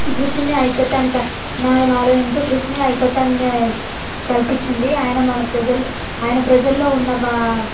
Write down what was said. కృషిని ఐకమత్యాన్ని క నాయి నాలో ఎంతో కృషిని ఐకమత్యాన్ని కల్పించింది ఆయన మన ప్రజలలో ఆయన ప్రజలలో ఉన్న వా